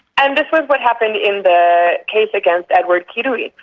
and this what what happened in the case against edward kirui.